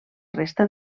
resta